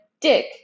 Dick